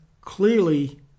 clearly